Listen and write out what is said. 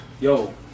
Yo